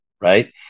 Right